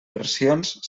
versions